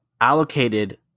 allocated